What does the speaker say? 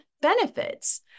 benefits